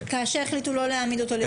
--- כאשר החליטו שלא להעמיד אותו לדין.